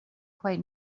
quite